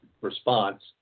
response